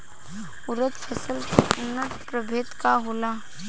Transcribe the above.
उरद फसल के उन्नत प्रभेद का होला?